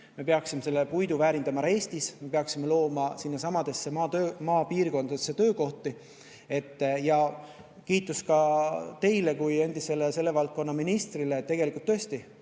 me peaksime selle puidu väärindama ära Eestis, me peaksime looma maapiirkondadesse töökohti. Kiitus ka teile kui endisele selle valdkonna ministrile! Tegelikult, tõesti,